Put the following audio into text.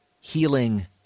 healing